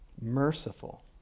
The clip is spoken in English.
merciful